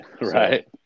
Right